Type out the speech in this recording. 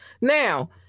Now